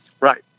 right